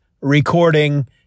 recording